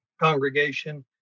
congregation